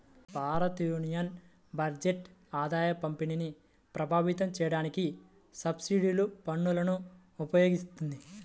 భారతయూనియన్ బడ్జెట్ ఆదాయపంపిణీని ప్రభావితం చేయడానికి సబ్సిడీలు, పన్నులను ఉపయోగిత్తది